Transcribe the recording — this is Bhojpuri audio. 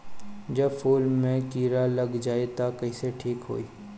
जब फूल मे किरा लग जाई त कइसे ठिक होई?